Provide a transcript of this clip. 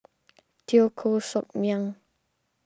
Teo Koh Sock Miang